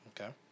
okay